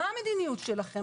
מה המדיניות שלכם?